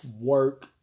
work